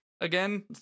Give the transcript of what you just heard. again